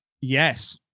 Yes